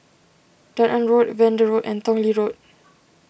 Dunearn A Road Vanda Road and Tong Lee Road